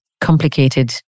complicated